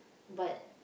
but